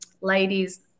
ladies